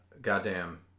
goddamn